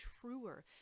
truer